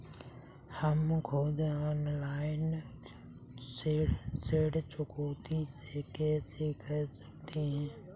हम खुद ऑनलाइन ऋण चुकौती कैसे कर सकते हैं?